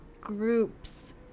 groups